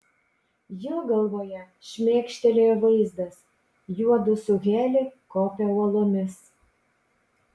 jo galvoje šmėkštelėjo vaizdas juodu su heli kopia uolomis